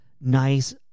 nice